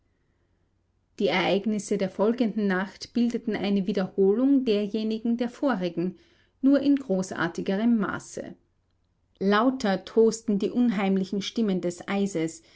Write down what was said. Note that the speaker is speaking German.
die ereignisse der folgenden nacht bildeten eine wiederholung derjenigen der vorigen nur in großartigerem maße lauter tosten die unheimlichen stimmen des eises